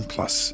Plus